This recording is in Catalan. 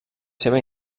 seva